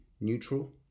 neutral